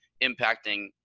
impacting